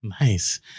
Nice